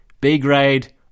B-grade